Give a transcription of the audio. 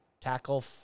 tackle